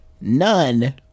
none